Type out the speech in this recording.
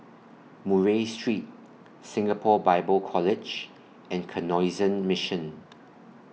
Murray Street Singapore Bible College and Canossian Mission